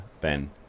Ben